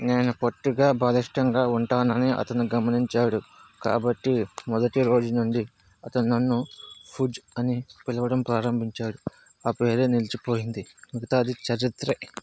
నేను పొట్టిగా బలిష్టంగా ఉంటానని అతను గమనించాడు కాబట్టి మొదటి రోజు నుండి అతను నన్ను ఫుడ్జ్ అని పిలవడం ప్రారంభించాడు ఆ పేరే నిలిచిపోయింది మిగితాది చరిత్రే